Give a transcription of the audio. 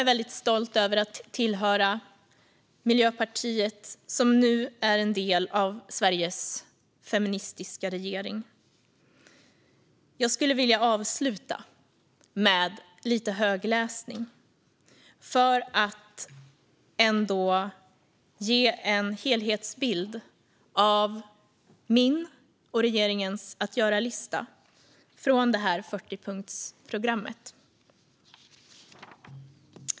Jag är stolt över att tillhöra Miljöpartiet, som är en del av Sveriges feministiska regering. Jag skulle vilja avsluta med lite högläsning för att ge en helhetsbild av min och regeringens att göra-lista från 40-punktsprogrammet.